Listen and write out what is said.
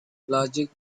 logic